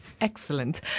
excellent